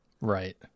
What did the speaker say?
Right